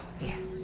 yes